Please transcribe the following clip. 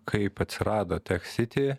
kaip atsirado teksity